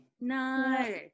No